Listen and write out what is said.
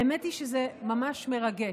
האמת היא שזה ממש מרגש.